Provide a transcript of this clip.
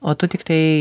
o tu tiktai